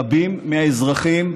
רבים מהאזרחים,